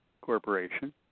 corporation